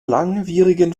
langwierigen